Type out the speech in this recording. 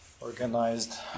organized